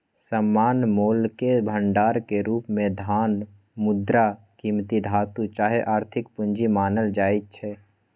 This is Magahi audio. सामान्य मोलके भंडार के रूप में धन, मुद्रा, कीमती धातु चाहे आर्थिक पूजी मानल जाइ छै